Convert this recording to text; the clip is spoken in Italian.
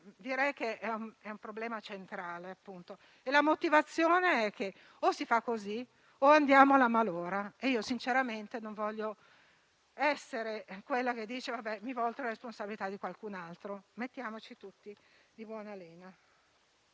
direi che è un problema centrale. La motivazione è che o si fa così o andiamo alla malora e sinceramente non voglio essere quella che scarica la responsabilità su qualcun altro. Mettiamoci tutti di buona lena.